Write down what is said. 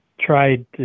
tried